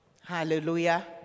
hallelujah